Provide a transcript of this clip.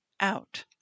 out